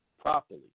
properly